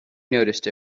noticed